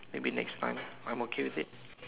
maybe next time I'm okay with it